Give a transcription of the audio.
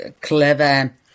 clever